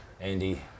Andy